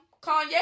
Kanye